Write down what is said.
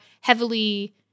heavily